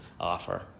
offer